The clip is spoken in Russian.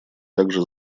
также